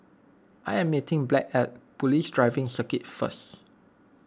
I am meeting Blanch at Police Driving Circuit first